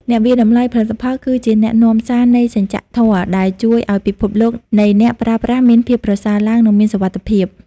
អ្នកវាយតម្លៃផលិតផលគឺជាអ្នកនាំសារនៃសច្ចធម៌ ដែលជួយឱ្យពិភពនៃអ្នកប្រើប្រាស់មានភាពប្រសើរឡើង និងមានសុវត្ថិភាព។